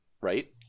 right